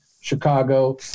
Chicago